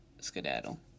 skedaddle